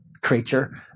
creature